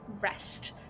rest